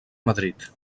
madrid